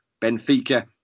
Benfica